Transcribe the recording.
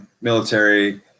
military